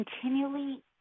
continually